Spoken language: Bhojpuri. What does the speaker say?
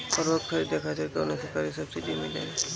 उर्वरक खरीदे खातिर कउनो सरकारी सब्सीडी मिलेल?